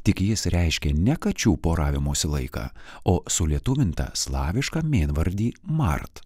tik jis reiškė ne kačių poravimosi laiką o sulietuvintą slavišką mėnvardį mart